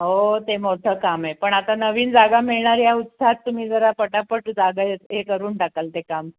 हो ते मोठं काम आहे पण आता नवीन जागा मिळणार या उत्साहात तुम्ही जरा पटापट जागा हे करून टाकाल ते काम